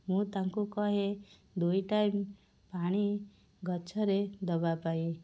ମୁଁ ତାଙ୍କୁ କହେ ଦୁଇ ଟାଇମ୍ ପାଣି ଗଛରେ ଦେବା ପାଇଁ